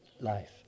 life